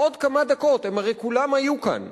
עוד כמה דקות, הרי הם כולם היו כאן,